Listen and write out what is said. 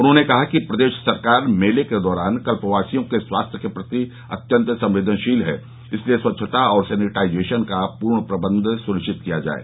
उन्होंने कहा कि प्रदेश सरकार मेले के दौरान कल्पवासियों के स्वास्थ्य के प्रति अत्यन्त संवेदनशील है इसलिये स्वच्छता और सैनिटाइजेशन का पूर्ण प्रबंधन सुनिश्चित किया जाये